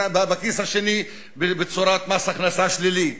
בכיס השני בצורת מס הכנסה שלילי.